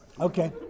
Okay